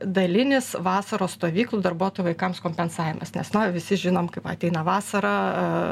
dalinis vasaros stovyklų darbuotojų vaikams kompensavimas nes na visi žinom kaip ateina vasara